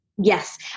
Yes